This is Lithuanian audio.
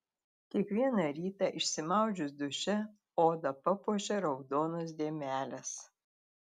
kiekvieną rytą išsimaudžius duše odą papuošia raudonos dėmelės